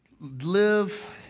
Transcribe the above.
live